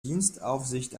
dienstaufsicht